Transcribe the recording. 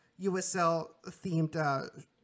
USL-themed